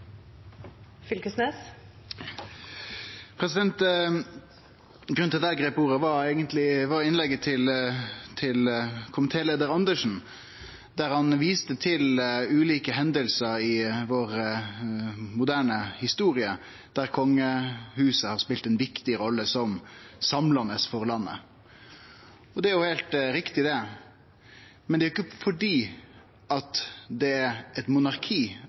til at eg greip ordet, var innlegget til komitéleiar Andersen, der han viste til ulike hendingar i vår moderne historie der kongehuset har spela ei viktig rolle som samlande for landet. Det er heilt rett, men det er ikkje fordi det er eit monarki